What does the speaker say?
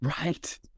Right